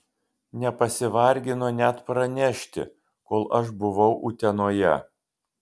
nepasivargino net pranešti kol aš buvau utenoje